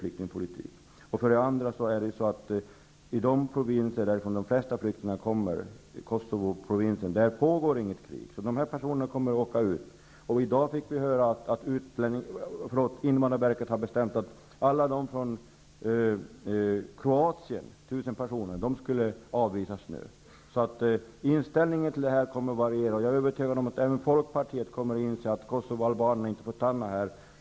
Dessutom är det så att det inte pågår något krig i Kosovo, varifrån de flesta flyktingarna kommer. Dessa personer kommer att åka ut. I dag fick vi höra att invandrarverket bestämt att alla från Inställningen till detta kommer att variera. Jag är övertygad om att även Folkpartiet så småningom kommer att inse att Kosovobarnen inte får stanna här.